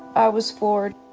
i was floored.